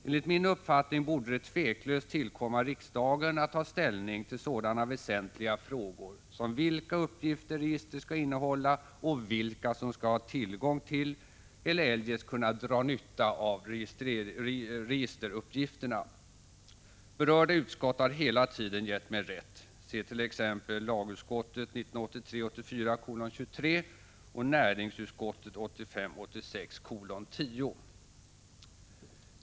Enligt min uppfattning borde 157 det tveklöst tillkomma riksdagen att ta ställning till sådana väsentliga frågor som vilka uppgifter registret skall innehålla och vilka som skall ha tillgång till eller eljest kunna dra nytta av registeruppgifterna. Berörda utskott har hela tiden gett mig rätt, se t.ex. lagutskottets betänkande 1983 86:10.